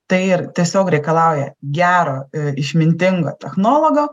tai ir tiesiog reikalauja gero išmintingo technologo